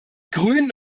grünen